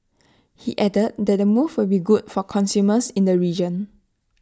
he added that the move will be good for consumers in the region